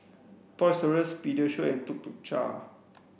toys R Us Pediasure and Tuk Tuk Cha